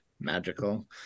magical